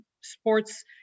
sports